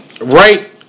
right